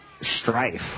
strife